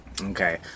Okay